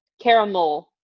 Caramel